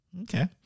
Okay